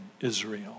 Israel